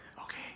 Okay